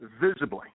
visibly